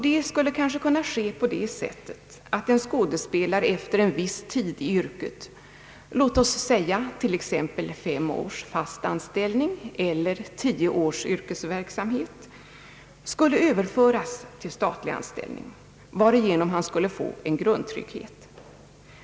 Detta skulle kunna ske på det sättet, att en skådespelare efter viss tid i yrket — låt oss säga t.ex. fem års fast anställning eller tio års yrkesverksamhet — överförs till statlig anställning, varigenom han får en grundtrygghet.